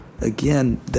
again